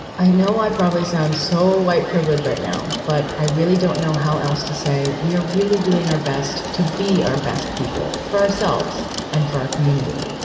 i know i probably sound so white privilege right now, but i really don't know how else to say. we are really doing our best to be our best people for ourselves and for our community.